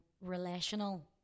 relational